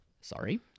sorry